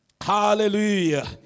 Hallelujah